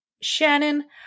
Shannon